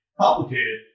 complicated